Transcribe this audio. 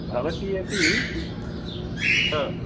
भवति अपि